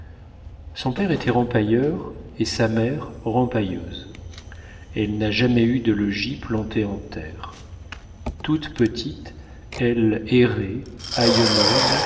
son père était rempailleur et sa mère rempailleuse elle n'a jamais eu de logis planté en terre toute petite elle errait